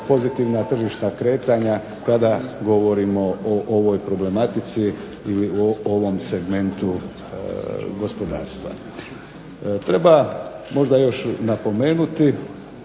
pozitivna tržišna kretanja kada govorimo o ovoj problematici ili o ovom segmentu gospodarstva. Treba možda još napomenuti